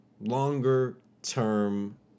Longer-term